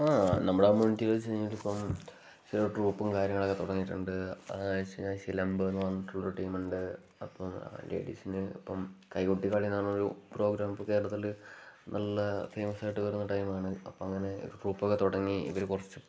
ആ നമ്മുടെ കമ്മ്യൂണിറ്റീൽ വെച്ച് കഴിഞ്ഞാൽ ഇപ്പം ചില ട്രൂപ്പും കാര്യങ്ങളൊക്കെ തുടങ്ങിയിട്ടുണ്ട് അന്ന് വെച്ച് കഴിഞ്ഞാൽ ശിലമ്പ് എന്ന് പറഞ്ഞിട്ടുള്ള ഒരു ടീമ് ഉണ്ട് അപ്പം ലേഡീസിന് ഇപ്പം കൈകൊട്ടി കളി എന്ന് പറഞ്ഞൊരു പ്രോഗ്രാം ഇപ്പം കേരളത്തിൽ നല്ല ഫേമസ ആയിട്ട് വരുന്ന ടൈമ് ആണ് അപ്പം അങ്ങനെ ഒരു ട്രൂപ്പ് ഒക്കെ തുടങ്ങി ഇവർ കുറച്ച്